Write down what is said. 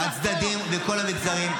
-- מכל הצדדים, מכל המגזרים.